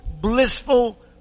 blissful